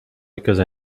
because